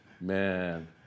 man